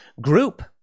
group